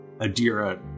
Adira